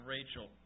Rachel